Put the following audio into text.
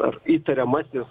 ar įtariamasis